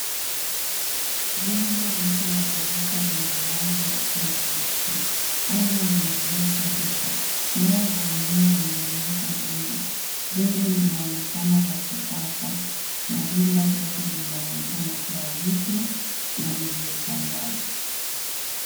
Jengo refu la ghorofa lenye rangi nyeusi na nyeupe. Anga lina bluu kabisa. Nyanya za umeme zimewekwa juu. Jengo linaonekana la kisasa na vyumba vyake vinaonekana kuwa vipya na ni vya upangaji.